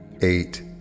eight